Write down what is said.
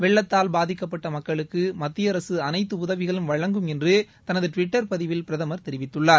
வெள்ளத்தால் பாதிக்கப்பட்ட மக்களுக்கு மத்திய அரசு அளைத்து உதவிகளும் வழங்கும் என்று தனது டுவிட்டர் பதிவில் பிரதமர் தெரிவித்துள்ளார்